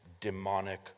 demonic